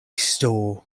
store